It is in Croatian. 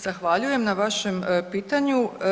Zahvaljujem na vašem pitanju.